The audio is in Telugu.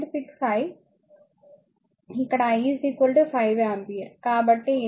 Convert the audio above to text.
6 I ఇక్కడ I 5 ఆంపియర్